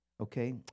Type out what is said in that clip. Okay